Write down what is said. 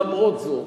למרות זאת,